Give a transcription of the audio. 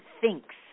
thinks